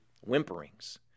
whimperings